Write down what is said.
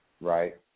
right